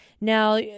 Now